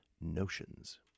Notions